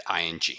ing